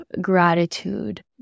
gratitude